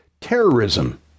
terrorism